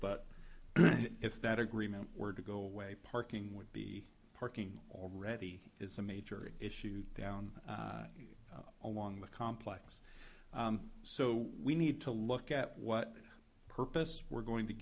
but if that agreement were to go away parking would be parking already is a major issue down along the complex so we need to look at what purpose we're going to